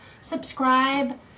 Subscribe